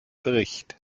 bericht